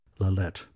Lalette